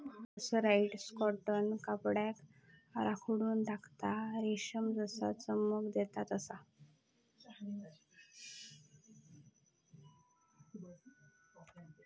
mercerised cotton कपड्याक आखडून टाकता, रेशम जसा चमक देता तसा